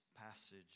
passage